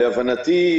להבנתי,